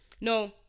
No